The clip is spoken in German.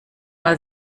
mal